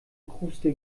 kruste